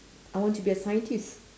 I want to be a scientist